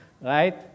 right